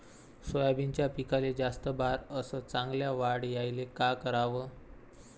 सोयाबीनच्या पिकाले जास्त बार अस चांगल्या वाढ यायले का कराव?